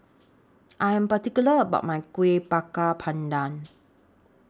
I Am particular about My Kueh Bakar Pandan